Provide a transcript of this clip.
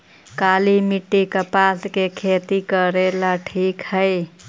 काली मिट्टी, कपास के खेती करेला ठिक हइ?